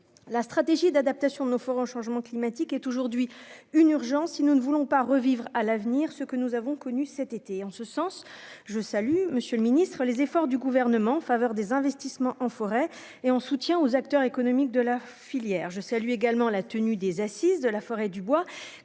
la stratégie d'adaptation, nous ferons changement climatique est aujourd'hui une urgence : si nous ne voulons pas revivre à l'avenir, ce que nous avons connu cet été en ce sens, je salue Monsieur le Ministre, les efforts du gouvernement en faveur des investissements en forêt et en soutien aux acteurs économiques de la filière je salue également la tenue des assises de la forêt Dubois